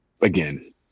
again